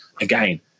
again